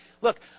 look